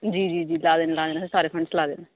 जी जी जी लाए देन लाए देन सारे फंडस लाए दे न